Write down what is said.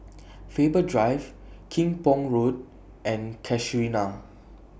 Faber Drive Kim Pong Road and Casuarina